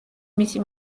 მისი